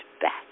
back